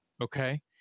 Okay